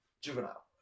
Juvenile